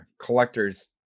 Collectors